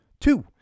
two